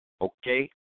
okay